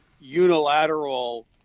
unilateral